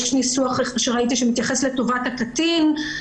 יש ניסוח שראיתי שמתייחס לטובת הקטין,